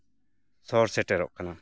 ᱥᱚᱦᱚᱨ ᱥᱮᱴᱮᱨᱚᱜ ᱠᱟᱱᱟ